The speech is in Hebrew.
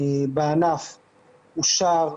בענף אושרה,